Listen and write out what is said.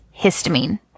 histamine